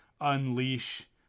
unleash